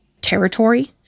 territory